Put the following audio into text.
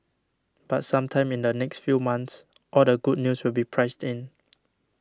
but sometime in the next few months all the good news will be priced in